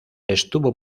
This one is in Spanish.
estuvo